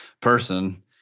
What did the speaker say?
person